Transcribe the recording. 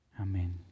Amen